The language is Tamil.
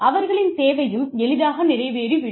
அவர்களின் தேவையும் எளிதாக நிறைவேறி விடும்